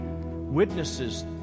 witnesses